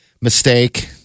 Mistake